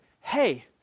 Hey